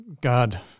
God